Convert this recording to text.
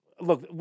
look